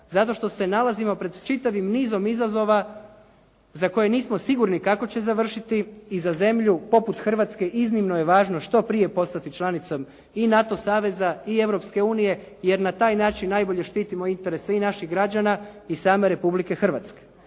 zato što se nalazimo pred čitavim nizom izazova za koje nismo sigurni kako će završiti. I za zemlju poput Hrvatske iznimno je važno što prije postati članicom i NATO saveza i Europske unije, jer na taj način najbolje štitimo interese i naših građana i same Republike Hrvatske.